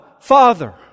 Father